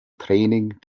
training